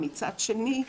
מצד שני,